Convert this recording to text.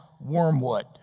wormwood